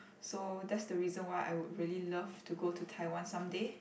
so that's the reason why I would really love to go to Taiwan someday